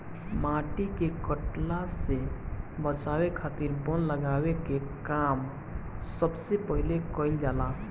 माटी के कटला से बचावे खातिर वन लगावे के काम सबसे पहिले कईल जाला